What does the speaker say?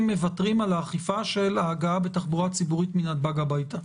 מוותרים על האכיפה של ההגעה בתחבורה ציבורית מנתב"ג הביתה.